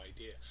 idea